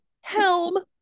helm